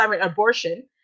abortion